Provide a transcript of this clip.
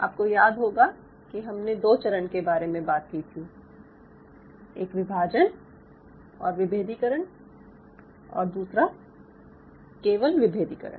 आपको याद होगा कि हमने दो चरण के बारे में बात की थी एक विभाजन और विभेदीकरण और दूसरा केवल विभेदीकरण